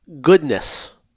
goodness